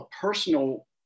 personal